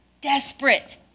desperate